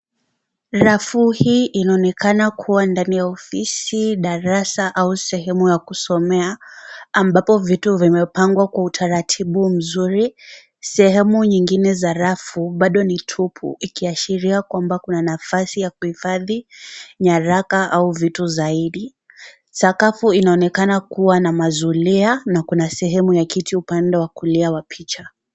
Rafu hii inaonekana kuwa ndani ya ofisi ,darasa au sehemu ya kusomea ambapo vitu vimepangwa kwa utaratibu mzuri, sehemu nyingine ya rafu bado ni tupu ikiashiria kwamba kuna nafasi ya kuhifhadhi nyaraka au vitu zaidi sakafu inaonekana kuwa na mazuria na kuna sehemu ya kiti upande wa kulia wa picha.